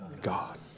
God